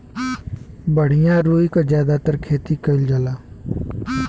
बढ़िया रुई क जादातर खेती कईल जाला